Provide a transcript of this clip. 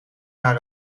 maar